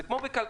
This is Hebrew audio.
זה כמו בכלכלה,